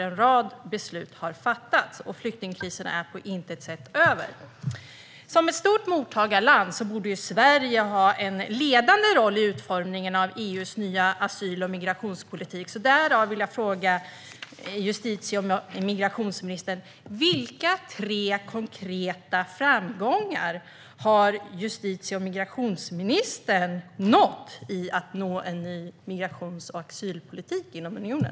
En rad beslut har fattats, och flyktingkrisen är på intet sätt över. Eftersom Sverige är ett stort mottagarland borde Sverige ha en ledande roll i utformningen av EU:s nya asyl och migrationspolitik. Därför vill jag fråga justitie och migrationsministern vilka tre konkreta framgångar han har nått i att få fram en ny migrations och asylpolitik inom unionen.